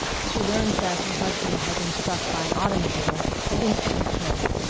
she learned that her husband had been struck by an automobile and instantly killed.